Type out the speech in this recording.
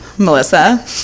Melissa